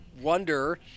wonder